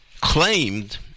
claimed